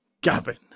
Gavin